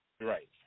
Right